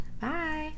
Bye